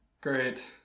Great